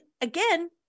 again